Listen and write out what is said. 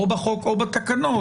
או בחוק או בתקנות,